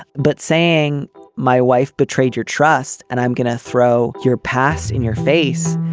but saying my wife betrayed your trust and i'm going to throw your past in your face,